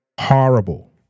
horrible